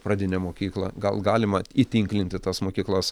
pradinę mokyklą gal galima įtinklinti tas mokyklas